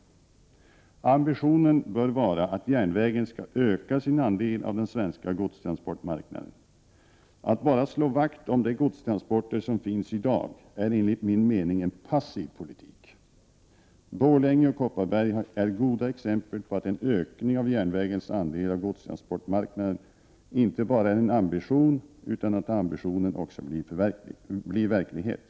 Ambitionen bör vara att järnvägen skall öka sin andel av den svenska godstransportmarknaden. Att bara slå vakt om de godstransporter som finns i dag är enligt min mening en passiv politik. Borlänge och Kopparberg är goda exempel på att en ökning av järnvägens andel av godstransportmarknaden inte bara är en ambition, utan på att ambitionen också blir verklighet.